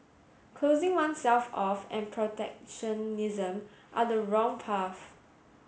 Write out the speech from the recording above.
closing oneself off and protectionism are the wrong path